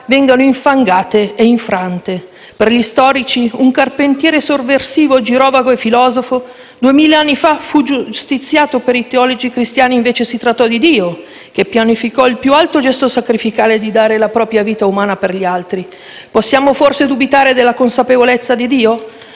vengano infangate e infrante. Per gli storici, un carpentiere sovversivo, girovago e filosofo, 2.000 anni fa fu giustiziato, per i teologi cristiani invece si trattò di Dio, che pianificò il più alto gesto sacrificale, di dare la propria vita umana per gli altri. Possiamo forse dubitare della consapevolezza di Dio?